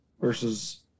versus